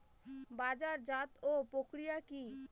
বাজারজাতও প্রক্রিয়া কি?